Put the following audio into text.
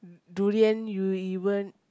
durian you even